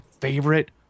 favorite